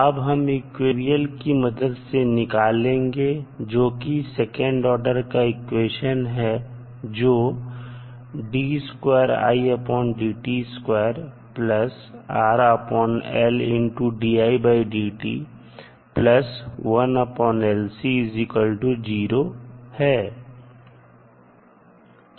अब हम इक्वेशन को KVL की मदद से निकालेंगे जोकि सेकंड ऑर्डर का इक्वेशन है जो है